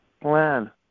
plan